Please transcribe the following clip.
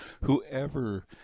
Whoever